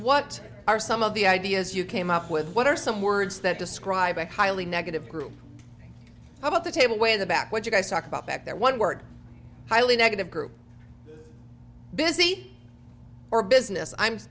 what are some of the ideas you came up with what are some words that describe a highly negative group about the table way the back what you guys talk about back there one word highly negative group busy or business i'm